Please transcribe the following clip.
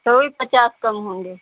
तो भी पचास कम होंगे